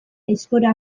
aizkora